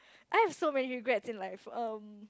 I have so many regrets in life um